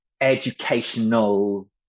educational